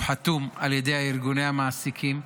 הוא חתום על ידי ארגוני המעסיקים.